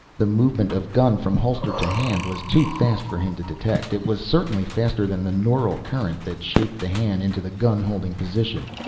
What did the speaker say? the movement of gun from holster to hand was too fast for him to detect. it was certainly faster than the neural current that shaped the hand into the gun-holding position.